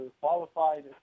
qualified